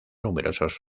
numerosos